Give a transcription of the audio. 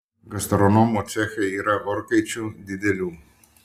gastronomo ceche yra orkaičių didelių